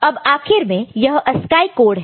अब आखिर में यह ASCII कोड है